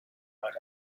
night